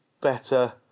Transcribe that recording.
better